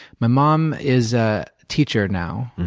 my mom is a teacher now.